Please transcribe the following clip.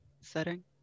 setting